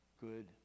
good